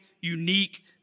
unique